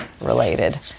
related